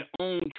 own